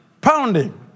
Pounding